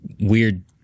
weird